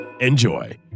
Enjoy